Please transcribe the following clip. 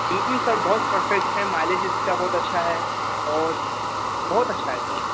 بالکل سر بہت پرفکٹ ہے مائلج اس کا بہت اچھا ہے اور بہت اچھا ہے سر